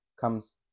comes